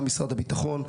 של משרד הביטחון,